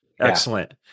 Excellent